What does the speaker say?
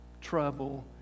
trouble